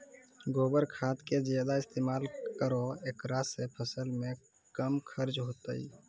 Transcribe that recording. गोबर खाद के ज्यादा इस्तेमाल करौ ऐकरा से फसल मे कम खर्च होईतै?